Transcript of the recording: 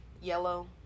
yellow